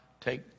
take